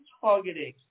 targeting